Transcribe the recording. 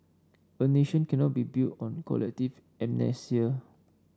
a nation cannot be built on collective amnesia